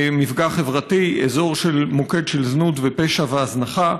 מפגע חברתי, אזור, מוקד של זנות ופשע והזנחה.